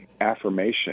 affirmation